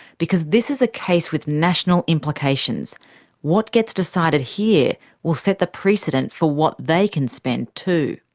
because this is a case with national implications what gets decided here will set the precedent for what they can spend too.